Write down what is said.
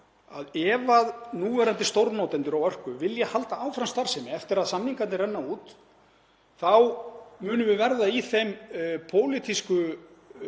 að ef núverandi stórnotendur orku vilja halda áfram starfsemi eftir að samningarnir renna út munum við vera í þeim pólitíska